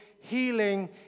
healing